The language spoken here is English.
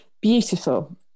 Beautiful